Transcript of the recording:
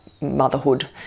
motherhood